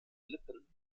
lippen